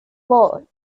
vault